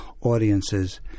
audiences